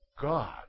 God